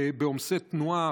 בעומסי תנועה,